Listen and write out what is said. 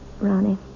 Ronnie